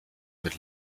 mit